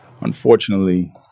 unfortunately